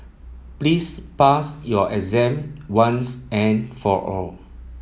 please pass your exam once and for all